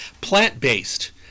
plant-based